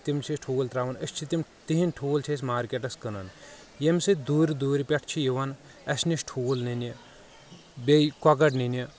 تِم چھِ ٹھول تراوان أسۍ چھِ تِم تہنٛدۍ ٹھول چھِ أسۍ مارکیٚٹس کٕنان ییٚمہِ سۭتۍ دورِ دورِ پٮ۪ٹھ چھِ یِوان اسہِ نش ٹھول ننہِ بییٚہِ کۄکر ننہِ